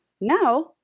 Now